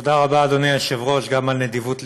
תודה רבה, אדוני היושב-ראש, גם על נדיבות לבך.